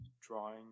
drawing